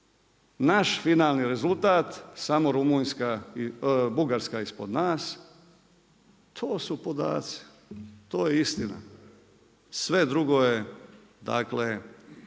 naš finalni rezultat, samo Bugarska ispod nas, to su podaci. To je istina. Sve drugo je dakle,